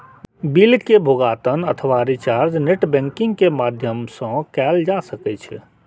bill के भुगातन अथवा रिचार्ज नेट बैंकिंग के माध्यम सं कैल जा सकै छै